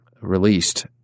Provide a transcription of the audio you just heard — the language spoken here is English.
released